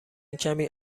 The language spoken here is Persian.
کمی